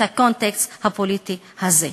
את הקונטקסט הפוליטי הזה.